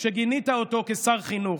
כשגינית אותו כשר חינוך?